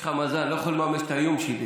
לך מזל, אני לא יכול לממש את האיום שלי.